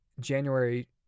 January